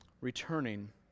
returning